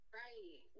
right